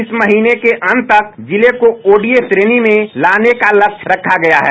इस महीने के अंत तक जिले को ओडीएफ श्रेणी में लाने का लक्ष्य रखा गया है